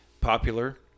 Popular